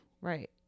Right